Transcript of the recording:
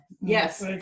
yes